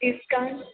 discount